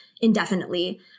indefinitely